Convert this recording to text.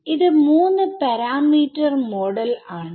ഇത് 3 parameter model ആണ്